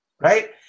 Right